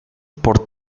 por